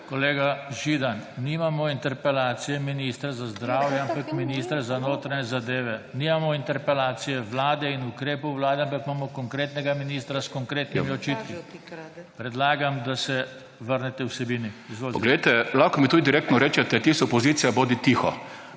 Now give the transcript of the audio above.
Kolega Židan, nimamo interpelacije ministra za zdravje, ampak ministra za notranje zadeve. Nimamo interpelacije vlade in ukrepov Vlade, ampak imamo konkretnega ministra s konkretnimi učinki. Predlagam, da se vrnete k vsebini. Izvolite. **Nadaljevanje MAG. DEJAN ŽIDAN (PS SD):** Poglejte, lahko mi tudi direktno rečete, ti si opozicija, bodi tiho.